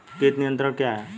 कीट नियंत्रण क्या है?